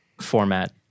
format